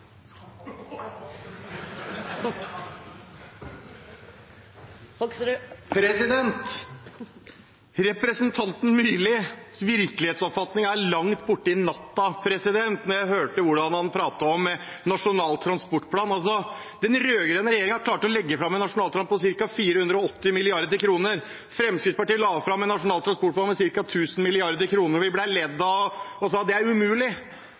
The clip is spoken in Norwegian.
langt borti natta når jeg hører hvordan han prater om Nasjonal transportplan. Den rød-grønne regjeringen klarte å legge fram en nasjonal transportplan på ca. 480 mrd. kr. Fremskrittspartiet la fram en nasjonal transportplan på ca. 1 000 mrd. kr. Vi ble ledd av, og de sa at det var umulig.